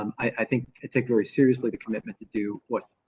um i think it take very seriously the commitment to do what.